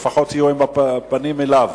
לפחות יהיו עם הפנים אליו.